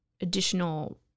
additional